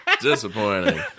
disappointing